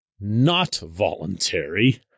not-voluntary